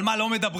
על מה לא מדברים?